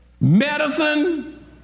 medicine